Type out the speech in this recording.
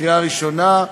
קריאה ראשונה.